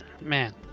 Man